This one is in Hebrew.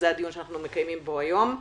זה הדיון שאנחנו מקיימים פה היום.